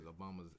Obama's